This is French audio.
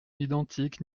identique